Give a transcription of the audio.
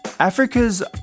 Africa's